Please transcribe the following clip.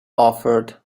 offered